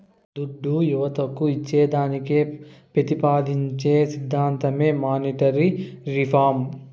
దుడ్డు యువతకు ఇచ్చేదానికి పెతిపాదించే సిద్ధాంతమే మానీటరీ రిఫార్మ్